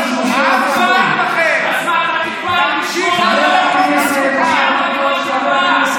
משה אבוטבול, חבר הכנסת יבגני סובה.